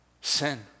Sin